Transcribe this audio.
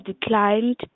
declined